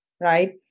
right